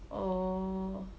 oh